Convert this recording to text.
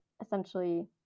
essentially